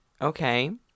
Okay